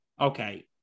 Okay